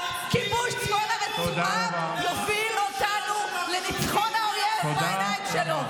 רק כיבוש צפון הרצועה יוביל אותנו לניצחון על האויב בעיניים שלו.